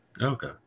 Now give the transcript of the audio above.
Okay